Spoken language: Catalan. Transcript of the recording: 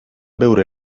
veure